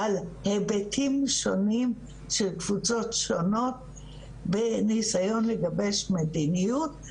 על היבטים שונים של תפוצות שונות בניסיון לגבש מדיניות,